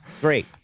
Great